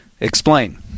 Explain